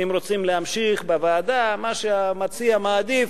אם רוצים להמשיך בוועדה, מה שהמציע מעדיף.